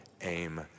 aim